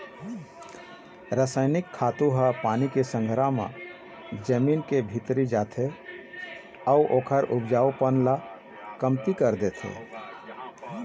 रसइनिक खातू ह पानी के संघरा म जमीन के भीतरी जाथे अउ ओखर उपजऊपन ल कमती कर देथे